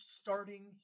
starting